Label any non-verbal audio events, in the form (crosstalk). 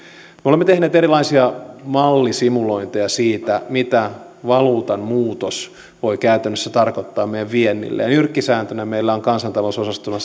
me olemme tehneet erilaisia mallisimulointeja siitä mitä valuutan muutos voi käytännössä tarkoittaa meidän viennillemme nyrkkisääntönä meillä on kansantalousosastolla (unintelligible)